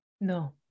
No